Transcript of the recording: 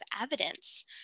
evidence